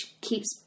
keeps